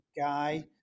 guy